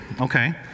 okay